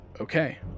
okay